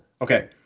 Okay